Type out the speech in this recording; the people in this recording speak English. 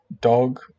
dog